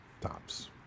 tops